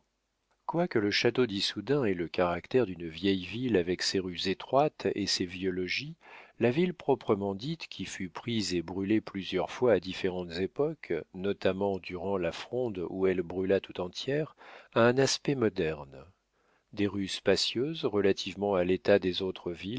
quoique le château d'issoudun ait le caractère d'une vieille ville avec ses rues étroites et ses vieux logis la ville proprement dite qui fut prise et brûlée plusieurs fois à différentes époques notamment durant la fronde où elle brûla tout entière a un aspect moderne des rues spacieuses relativement à l'état des autres